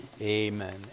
Amen